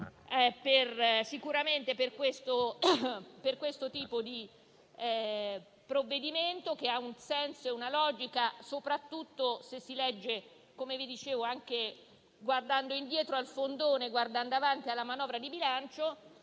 sicuramente per questo tipo di provvedimento, che ha un senso e una logica soprattutto se si legge, come vi dicevo, anche guardando indietro al fondone e guardando avanti alla manovra di bilancio.